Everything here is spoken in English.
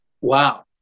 Wow